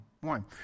one